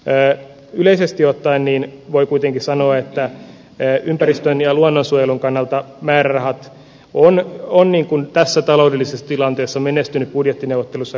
eräät yleisesti ottaen niin voi kuitenkin sanoo että ne ympäristön ja luonnonsuojelun kannalta merrat on onni kun tässä taloudellisessa tilanteessa menestyneet budjettineuvotteluissa